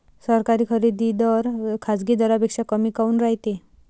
सरकारी खरेदी दर खाजगी दरापेक्षा कमी काऊन रायते?